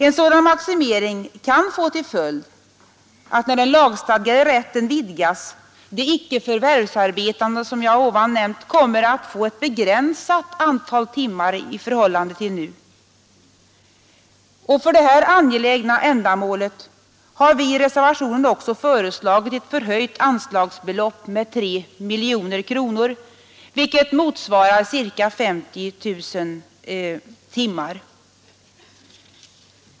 En sådan maximering kan, när den lagstadgade rätten vidgas, leda till att de icke förvärvsarbetande kommer att få ett begränsat antal timmar i förhållande till nu. För detta angelägna ändamål har vi i reservationen också föreslagit ett med 3 miljoner kronor förhöjt anslagsbelopp, något som motsvarar ca 50 000 timmar.